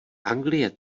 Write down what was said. anglie